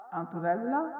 antonella